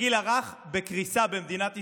הגיל הרך בקריסה במדינת ישראל,